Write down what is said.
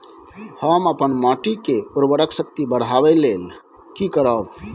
हम अपन माटी के उर्वरक शक्ति बढाबै लेल की करब?